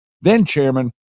then-chairman